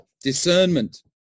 discernment